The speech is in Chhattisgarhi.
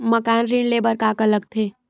मकान ऋण ले बर का का लगथे?